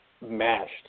mashed